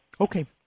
Okay